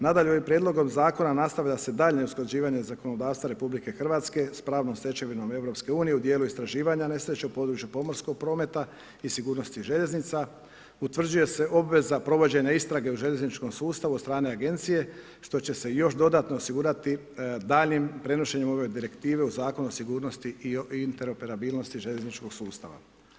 Nadalje ovim prijedlogom zakona nastavlja se daljnje usklađivanje zakonodavstva RH sa pravnom stečevinom EU-a u djelu istraživanja nesreće u području pomorskog prometa i sigurnosti željeznica, utvrđuje se obveza provođenja istrage u željezničkom sustavu od strane agencije što će se još dodatno osigurati daljnjim prenošenjem ove direktive u Zakon o sigurnosti i interoperabilnosti željezničkoga sustava.